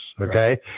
Okay